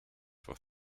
for